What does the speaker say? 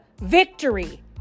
victory